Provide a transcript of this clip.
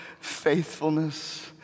faithfulness